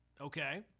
Okay